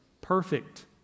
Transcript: perfect